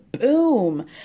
boom